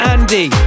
Andy